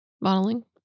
Modeling